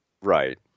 right